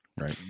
Right